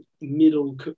middle